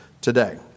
today